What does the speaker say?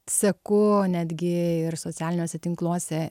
seku netgi ir socialiniuose tinkluose